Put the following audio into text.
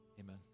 Amen